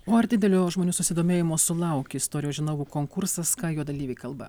o ar didelio žmonių susidomėjimo sulaukė istorijos žinovų konkursas ką jo dalyviai kalba